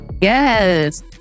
Yes